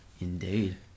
Indeed